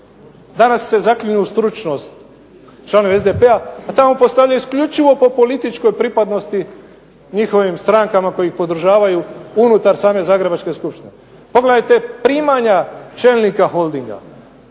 Danas se zaklinju u stručnost članovi SDP-a, a tamo postavljaju isključivo po političkoj pripadnosti njihovim strankama koji ih podržavaju unutar same Zagrebačke skupštine. Pogledajte primanja čelnika Holdinga.